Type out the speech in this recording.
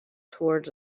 towards